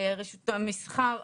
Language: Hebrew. רשות המסחר,